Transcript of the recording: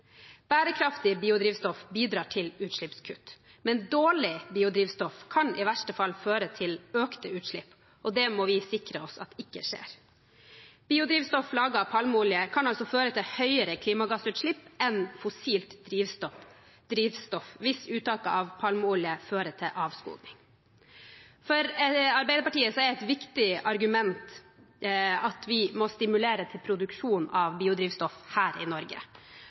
Bærekraftig biodrivstoff bidrar til utslippskutt, men dårlig biodrivstoff kan i verste fall føre til økte utslipp, og det må vi sikre oss at ikke skjer. Biodrivstoff laget av palmeolje kan altså føre til høyere klimagassutslipp enn fossilt drivstoff hvis uttaket av palmeolje fører til avskoging. For Arbeiderpartiet er et viktig argument at vi må stimulere til produksjon av biodrivstoff her i Norge,